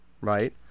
right